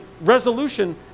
resolution